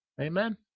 Amen